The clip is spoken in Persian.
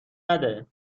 نده